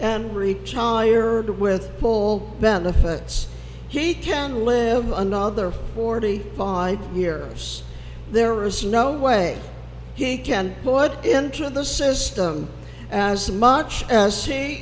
and retired with full benefits he can live another forty five years there is no way he can put into the system as much as he